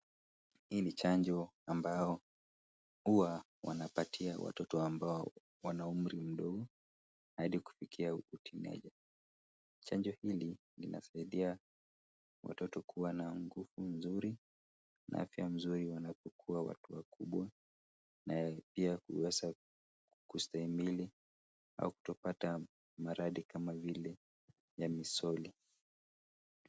Hii ni chanjo ambayo huwa wanapatia watoto ambao wana umri mdogo, hadi kufikia utineja . Chanjo hili linasaidia watoto kuwa na nguvu nzuri na afya nzuri wanapokuwa watu wakubwa, nayo pia huweza kustahimili au kutopata maradhi kama vile ya misoli .